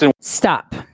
Stop